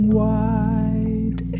wide